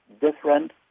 different